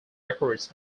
records